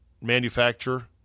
manufacture